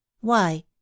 Why